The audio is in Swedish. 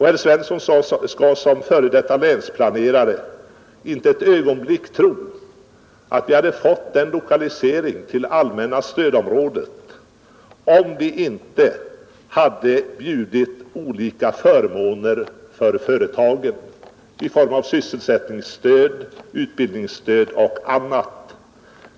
Herr Svensson skall som f. d. länsplanerare inte ett ögonblick tro att vi hade fått en lokalisering till allmänna stödområdet om vi inte hade bjudit olika förmåner för företagen i form av sysselsättningsstöd, utbildningsstöd och annat.